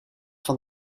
van